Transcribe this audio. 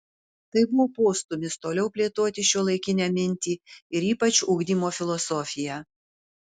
tai buvo postūmis toliau plėtoti šiuolaikinę mintį ir ypač ugdymo filosofiją